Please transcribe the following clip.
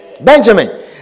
Benjamin